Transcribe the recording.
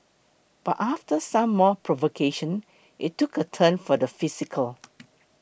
but after some more provocation it took a turn for the physical